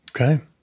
Okay